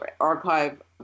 archive